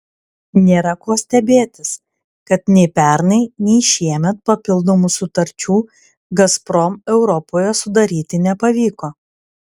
nėra ko stebėtis kad nei pernai nei šiemet papildomų sutarčių gazprom europoje sudaryti nepavyko